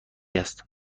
است